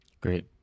Great